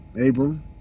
Abram